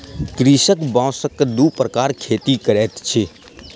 कृषक बांसक दू प्रकारक खेती करैत अछि